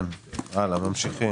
כן, הלאה, ממשיכים.